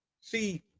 see